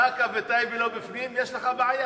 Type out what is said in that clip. באקה וטייבה לא בפנים, יש לך בעיה.